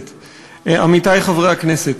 עמיתי חברי הכנסת,